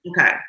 okay